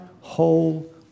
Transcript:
whole